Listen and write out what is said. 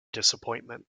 disappointment